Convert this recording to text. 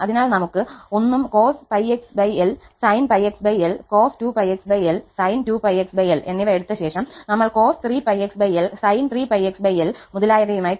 അതിനാൽ നമ്മൾക്ക് 1 ഉം cos𝜋xl sin𝜋xl cos2𝜋xl sin2𝜋xl എന്നിവ എടുത്തശേഷം ഞങ്ങൾ cos3𝜋xl sin3𝜋xl മുതലായവയുമായി തുടരും